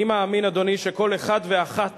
אני מאמין, אדוני, שכל אחד ואחת